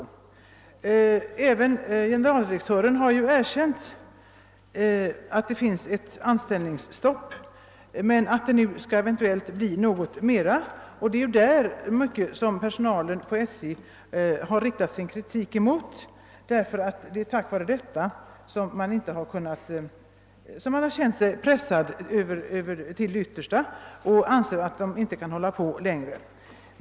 Och även generaldirektören har erkänt att det finns ett anställningsstopp men att det nu eventuellt skall mjukas upp. Det är detta som personalen inom SJ riktat kritik mot — det är av denna anledning som man känner sig pressad till det yttersta och anser sig inte kunna hålla på längre.